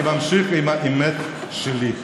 אני ממשיך עם האמת שלי,